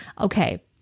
okay